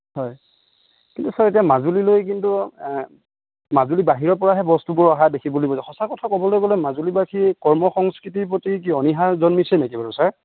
হয় কিন্তু ছাৰ এতিয়া মাজুলীলৈ কিন্তু মাজুলী বাহিৰৰ পৰাহে বস্তুবোৰ অহা দেখিবলৈ সঁচা কথা ক'বলৈ গ'লে মাজুলীবাসী কৰ্ম সংস্কৃতিৰ প্ৰতি কি অনিহা জন্মিছে নেকি বাৰু ছাৰ